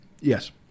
Yes